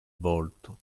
volto